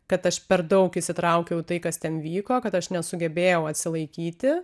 kad aš per daug įsitraukiau į tai kas ten vyko kad aš nesugebėjau atsilaikyti